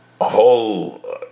whole